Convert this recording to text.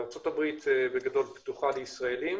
ארצות-הברית, בגדול, פתוחה לישראלים